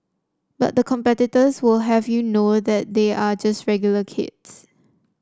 but the competitors will have you know that they are just regular kids